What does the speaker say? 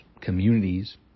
communities